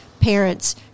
parents